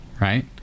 right